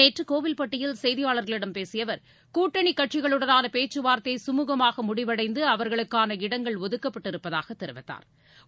நேற்றகோவில்பட்டியில் செய்தியாளர்களிடம் பேசியஅவர் கூட்டணிகட்சிகளுடனானபேச்சுவார்தை கமுகமாகமுடிவடைந்துஅவா்களுக்கான இடங்கள் ஒதுக்கப்பட்டிருப்பதாகதெரிவித்தாா்